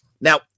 Now